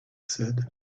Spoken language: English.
said